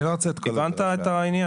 אני לא רוצה את כל --- הבנת את העניין?